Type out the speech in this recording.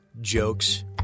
jokes